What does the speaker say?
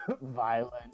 violent